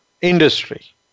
industry